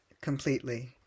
completely